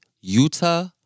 Utah